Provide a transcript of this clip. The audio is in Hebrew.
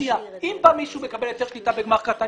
אם בא מישהו לקבל היתר שליטה בגמ"ח קטן,